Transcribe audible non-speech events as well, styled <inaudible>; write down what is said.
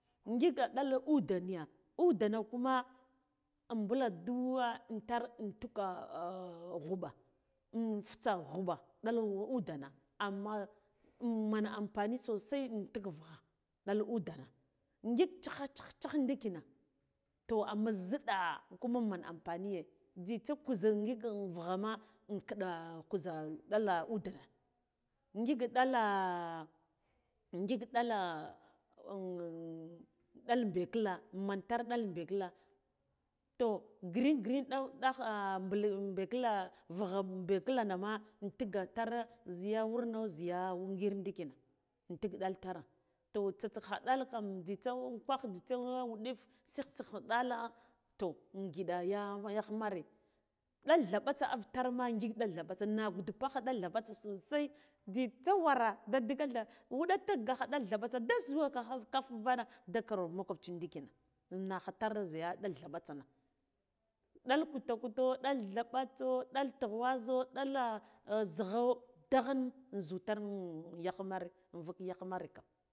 Ngik ɗak udeni udena kuma ambulaɗuwa intar intura <hesitation> ghuba in futsa ghuba ɗal udena amna men ampani sosai untuk vuha ɗal udena ngik chkha chkha chkha ndikina foh amma zhiɗa kuma man ampani ye jzitsa kuzhe ngik in vugha ma inkɗa kuzha ɗala udena ngik ɗala ngik ɗala <hesitation> ɗal begila man tar ɗal beghila toh green green da ɗakhr ɓule beghila vugha in begila na ma intiga tare zhiya wurno zhiye ngir dikina intik ɗal tara toh tsaskha ɗal kam jzitss ukwagh jzitsa wuɗif sigh sigh ɗala toh ghiɗa ya yighmare ɗal dhabitsa autarma ngik ɗal dhabatsa na gudu pikha ɗil dhaɓatsa sosai jzitsa wara da digaltha wuɗa tikgakha ɗal dhaɓatsa da zhuwaka kaf hana da ka ab makoci ndikina nakha tar zhiya ɗal ɗinapatha na ɗal kuto kuto dal dhaɓa tso ɗal tughwazho ɗala zhigo daghan inzhu tar yagh mare invuk yagh mare kam.